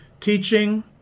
teaching